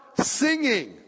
singing